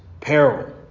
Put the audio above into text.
peril